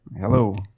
Hello